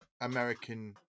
American